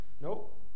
Nope